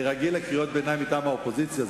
אני רגיל לקריאות ביניים מטעם האופוזיציה.